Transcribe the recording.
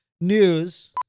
news